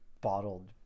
bottled